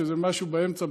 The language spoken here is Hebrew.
שזה משהו באמצע,